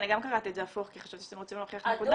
אני גם קראתי את זה הפוך כי חשבתי שאתם רוצים להוכיח נקודה,